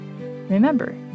Remember